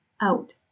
out